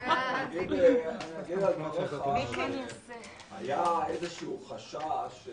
היה איזה שהוא חשש